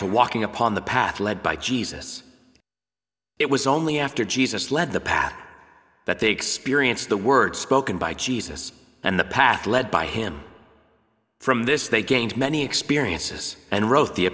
to walking upon the path led by jesus it was only after jesus led the path that they experienced the words spoken by jesus and the path led by him from this they gained many experiences and wrote the